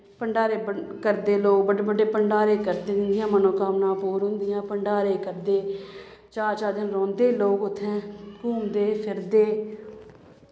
भंडारे करदे लोग बड्डे बड्डे भंडारे करदे जिंदियां मनोकामनां पूर्ण होंदियां भंडारे करदे चार चार दिन रौंह्दे लोग उत्थें घूमदे फिरदे